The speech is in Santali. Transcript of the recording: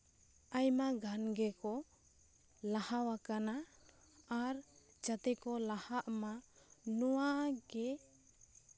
ᱟᱭᱢᱟ ᱜᱟᱱ ᱜᱮᱠᱚ ᱞᱟᱦᱟ ᱟᱠᱟᱱᱟ ᱟᱨ ᱡᱟᱛᱮ ᱠᱚ ᱞᱟᱦᱟᱜ ᱢᱟ ᱱᱚᱣᱟᱜᱮ